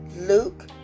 Luke